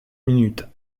minutes